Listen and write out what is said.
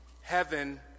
Heaven